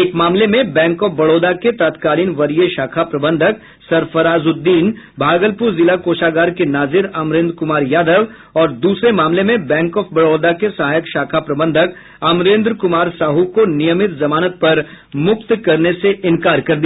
एक मामले में बैंक ऑफ बड़ौदा के तत्कालीन वरीय शाखा प्रबंधक सरफराजुद्दीन भागलपुर जिला कोषागार के नाजिर अमरेंद्र कुमार यादव और दूसरे मामले में बैंक ऑफ बड़ौदा के सहायक शाखा प्रबंधक अमरेंद्र कुमार साहू को नियमित जमानत पर मुक्त करने से इनकार कर दिया